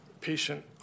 patient